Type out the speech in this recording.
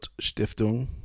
Stiftung